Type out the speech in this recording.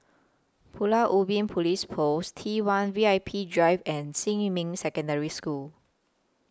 Pulau Ubin Police Post T one V I P Drive and Xinmin Secondary School